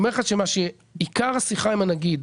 אני אומר לך שמה שעיקר השיחה עם הנגיד